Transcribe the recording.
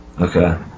Okay